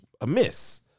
amiss